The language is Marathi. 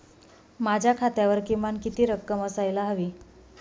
माझ्या खात्यावर किमान किती रक्कम असायला हवी?